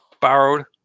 Borrowed